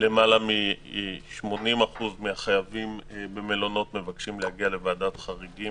שלמעלה מ-80% מהחייבים בשהות במלונית מבקשים להגיע לוועדת חריגים